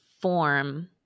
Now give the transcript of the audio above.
form